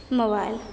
mobile